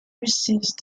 resist